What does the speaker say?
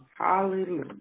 Hallelujah